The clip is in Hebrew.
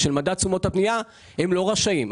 של מדד תשומות הבנייה הם לא רשאים.